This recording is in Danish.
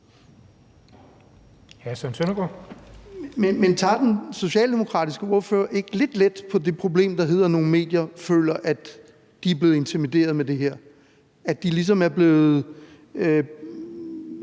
Men tager den socialdemokratiske ordfører ikke lidt let på det problem, der handler om, at nogle medier føler, at de er blevet intimideret med det her, altså at de ligesom er blevet